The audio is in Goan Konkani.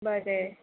बरें